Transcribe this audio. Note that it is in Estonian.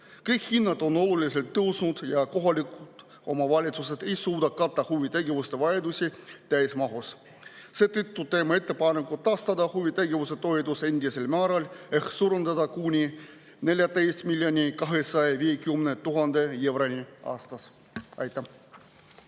Kõik hinnad on oluliselt tõusnud ja kohalikud omavalitsused ei suuda katta huvitegevusega [seotud kulusid] täismahus. Seetõttu teeme ettepaneku taastada huvitegevuse toetus endisele määrale ehk suurendada kuni 14 250 000 euroni aastas. Aitäh!